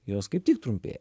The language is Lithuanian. jos kaip tik trumpėja